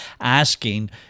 asking